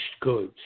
goods